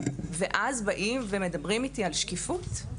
אז באים ומדברים אתי על שקיפות?